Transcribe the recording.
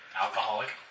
Alcoholic